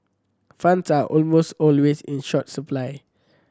funds are almost always in short supply